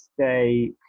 stay